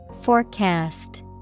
Forecast